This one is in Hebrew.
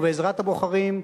ובעזרת הבוחרים,